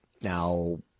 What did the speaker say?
Now